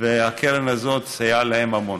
והקרן הזאת תסייע להן המון.